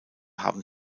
haben